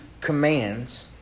commands